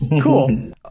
cool